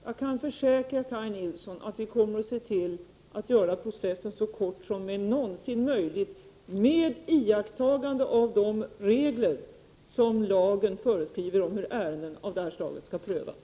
Jag kan försäkra Kaj Nilsson att vi kommer att göra processen så kort som det någonsin är möjligt med iakttagande av de regler som lagen föreskriver om hur ärenden av detta slag skall prövas.